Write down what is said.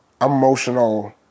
emotional